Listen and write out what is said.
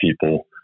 people